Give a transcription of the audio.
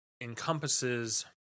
encompasses